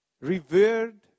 revered